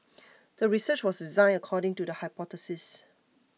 the research was designed according to the hypothesis